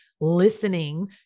listening